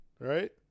Right